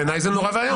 בעיניי זה נורא ואיום.